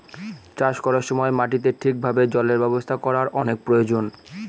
চাষ করার সময় মাটিতে ঠিক ভাবে জলের ব্যবস্থা করার অনেক প্রয়োজন